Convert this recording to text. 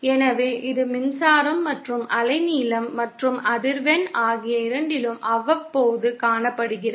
எனவே இது மின்சாரம் மற்றும் அலைநீளம் மற்றும் அதிர்வெண் ஆகிய இரண்டிலும் அவ்வப்போது காணப்படுகிறது